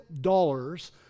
dollars